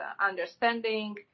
understanding